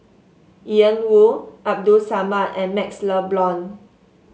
Ian Woo Abdul Samad and MaxLe Blond